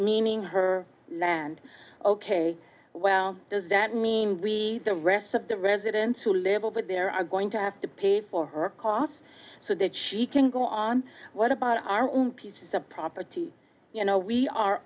meaning her land ok well does that mean we the rest of the residents who live over there are going to have to pay for her costs so that she can go on what about our own piece of property you know we are